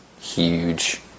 huge